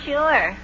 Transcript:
Sure